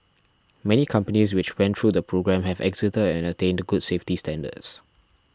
many companies which went through the programme have exited and attained good safety standards